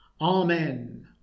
Amen